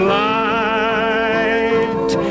light